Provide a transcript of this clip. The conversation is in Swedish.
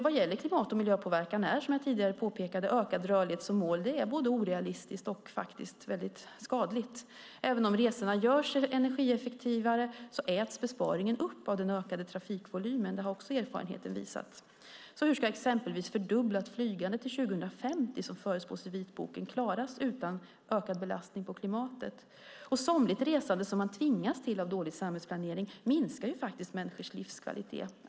Vad gäller klimat och miljöpåverkan är, som jag tidigare påpekade, ökad rörlighet som mål både orealistiskt och faktiskt väldigt skadligt. Även om resorna görs energieffektivare äts besparingen upp av den ökade trafikvolymen. Det har också erfarenheten visat. Hur ska exempelvis fördubblat flygande till 2050, som förutspås i vitboken, klaras utan ökad belastning på klimatet? Somligt resande som man tvingas till på grund av dålig samhällsplanering minskar faktiskt människors livskvalitet.